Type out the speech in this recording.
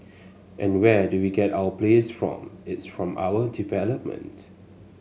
and where do we get our players from it's from our development